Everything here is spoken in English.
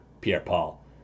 Pierre-Paul